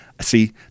See